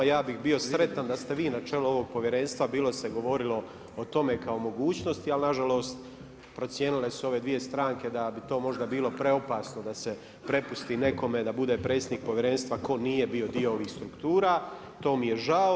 Ja bih bio sretan da ste vi na čelu ovog povjerenstva, bilo se govorilo o tome kao mogućnost, ali nažalost procijenile su ove dvije stranke da bi to možda bilo preopasno da se prepusti nekome da bude predsjednik povjerenstva tko nije bio dio ovih struktura, to mi je žao.